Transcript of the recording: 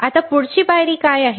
आता पुढची पायरी काय आहे